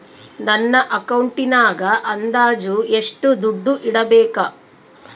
ನನ್ನ ಅಕೌಂಟಿನಾಗ ಅಂದಾಜು ಎಷ್ಟು ದುಡ್ಡು ಇಡಬೇಕಾ?